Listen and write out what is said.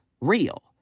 real